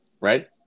right